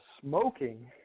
smoking